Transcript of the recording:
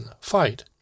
fight